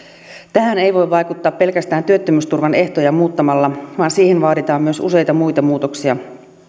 tähän ei voi vaikuttaa pelkästään työttömyysturvan ehtoja muuttamalla vaan siihen vaaditaan myös useita muita muutoksia